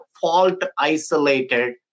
fault-isolated